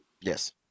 Yes